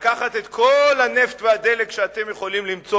לקחת את כל הנפט והדלק שאתם יכולים למצוא